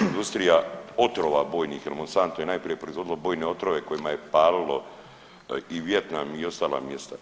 industrija otrova bojnih jer Monsanto je najprije proizvodilo bojne otrove kojima je palilo i Vijetnam i ostala mjesta.